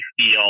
feel